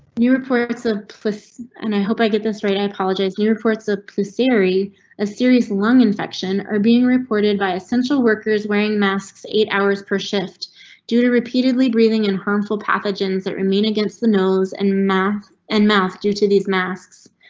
new reports of plus and i hope i get this right. i apologize. new reports ah of theory as ah serious lung infection are being reported by essential workers wearing masks. eight hours per shift do to repeatedly breathing and harmful pathogens that remain against the nose and math and mouth due to these masks.